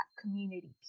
community